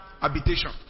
habitation